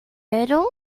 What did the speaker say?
yodel